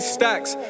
Stacks